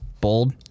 bold